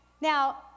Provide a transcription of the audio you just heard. now